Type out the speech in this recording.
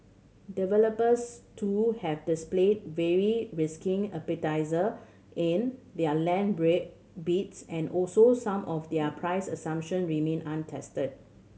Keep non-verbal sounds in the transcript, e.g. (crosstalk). developers too have displayed varying risking (unintelligible) in their land (unintelligible) bids and also some of their price assumption remain untested